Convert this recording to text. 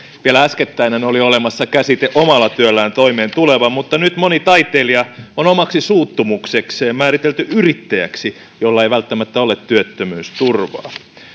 vielä äskettäinhän oli olemassa käsite omalla työllään toimeentuleva mutta nyt moni taiteilija on omaksi suuttumuksekseen määritelty yrittäjäksi jolla ei välttämättä ole työttömyysturvaa